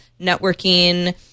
networking